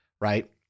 Right